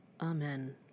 Amen